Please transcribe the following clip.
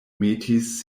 metis